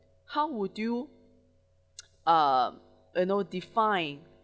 how would you um you know define